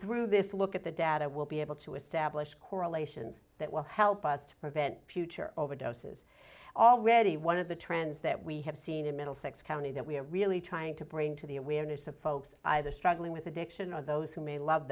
through this look at the data will be able to establish correlations that will help us to prevent future overdoses already one of the trends that we have seen in middlesex county that we are really trying to bring to the awareness of folks either struggling with addiction or those who may love